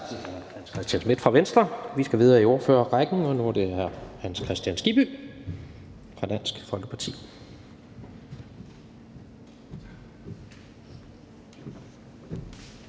til hr. Hans Christian Schmidt fra Venstre. Vi skal videre i ordførerrækken, og nu er det hr. Hans Kristian Skibby fra Dansk Folkeparti.